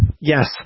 Yes